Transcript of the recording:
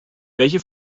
welche